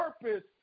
purpose